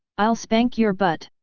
i'll spank your butt!